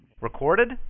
Recorded